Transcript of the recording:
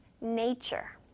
nature